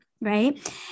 right